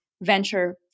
venture